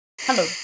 Hello